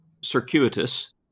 circuitous